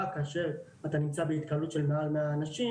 כאשר אתה נמצא בהתקהלות של מעל 100 אנשים